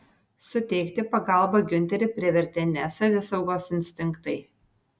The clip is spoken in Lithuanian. suteikti pagalbą giunterį privertė ne savisaugos instinktai